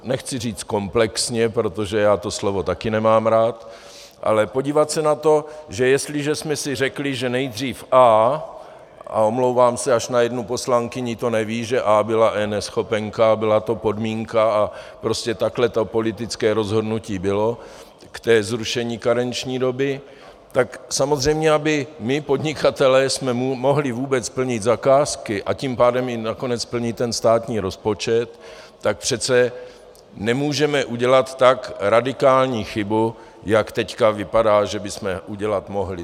Nechci říct komplexně, protože já to slovo taky nemám rád, ale podívat se na to, že jestliže jsme si řekli, že nejdřív A, a omlouvám se, až na jednu poslankyni to neví, že A byla eNeschopenka, byla to podmínka a prostě takhle to politické rozhodnutí bylo ke zrušení karenční doby, tak samozřejmě abychom my podnikatelé mohli vůbec plnit zakázky, a tím pádem je nakonec plní i ten státní rozpočet, tak přece nemůžeme udělat tak radikální chybu, jak teď vypadá, že bychom udělat mohli.